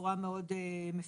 בצורה מאוד מפורטת.